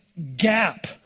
gap